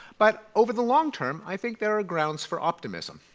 but over the long term i think there are grounds for optimism.